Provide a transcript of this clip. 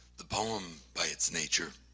the poem by its nature